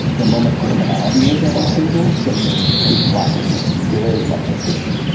the moment criminality was on the table, suddenly his blackness was very much at issue.